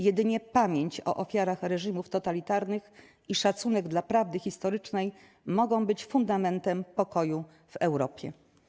Jedynie pamięć o ofiarach reżimów totalitarnych i szacunek dla prawdy historycznej mogą być fundamentem pokoju w Europie.